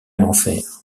l’enfer